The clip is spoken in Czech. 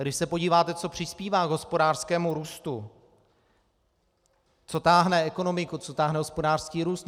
Když se podíváte, co přispívá k hospodářskému růstu, co táhne ekonomiku, co táhne hospodářský růst.